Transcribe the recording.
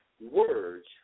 words